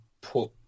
put